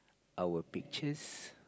our pictures